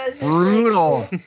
Brutal